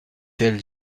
elle